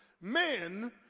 men